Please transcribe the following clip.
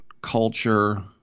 culture